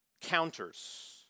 counters